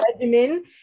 regimen